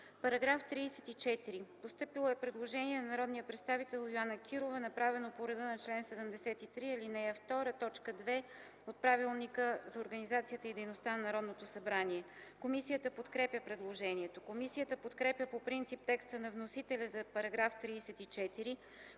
По § 23 има постъпило предложение на народния представител Йоана Кирова, направено по реда на чл. 73, ал. 2, т. 2 от Правилника за организацията и дейността на Народното събрание. Комисията подкрепя предложението. Комисията подкрепя по принцип текста на вносителя за § 23,